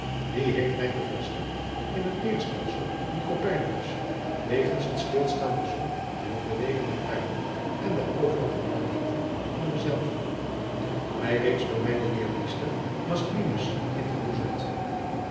die heeft mij bevestigd in het leerstelsel van copernicus wegens het stilstaan der zon en het bewegen der aarde en der overige planeten om dezelve mij reeds door mijnen leermeester maestlinus ingeboezemd